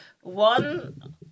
One